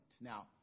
Now